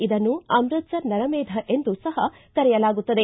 ಇದನ್ನು ಅಮೃತ್ ಸರ್ ನರಮೇಧ ಎಂದೂ ಸಹ ಕರೆಯಲಾಗುತ್ತದೆ